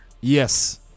Yes